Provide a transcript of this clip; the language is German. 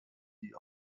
die